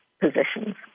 positions